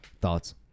Thoughts